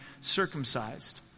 circumcised